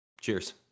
Cheers